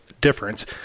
difference